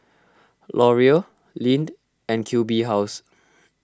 Laurier Lindt and Q B House